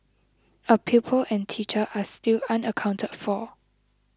a pupil and teacher are still unaccounted for